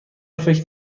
فکر